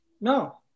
No